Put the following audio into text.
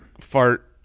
fart